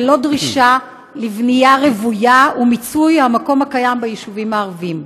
ללא דרישת בנייה רוויה ומיצוי המקום הקיים ביישובים הערביים.